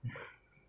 mm